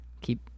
Keep